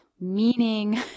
meaning